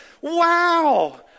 Wow